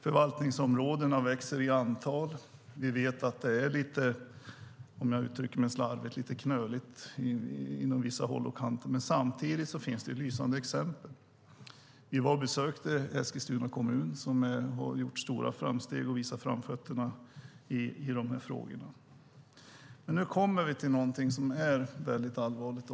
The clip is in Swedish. Förvaltningsområdena växer i antal. Vi vet att det är lite - om jag uttrycker mig slarvigt - knöligt på vissa håll och kanter. Samtidigt finns det lysande exempel. Vi var och besökte Eskilstuna kommun, som har gjort stora framsteg och visat framfötterna i de här frågorna. Men nu kommer vi till någonting som är väldigt allvarligt.